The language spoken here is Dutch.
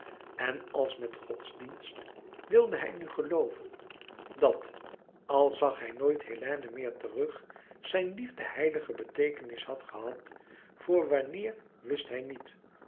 en als met godsdienst wilde hij nu gelooven dat al zag hij nooit hélène meer terug zijn liefde heilige beteekenis had gehad voor wanneer wist hij niet